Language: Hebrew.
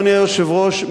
אדוני היושב-ראש,